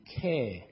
care